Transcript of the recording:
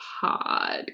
pod